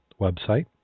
website